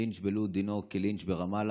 לינץ' בלוד הוא כלינץ' ברמאללה.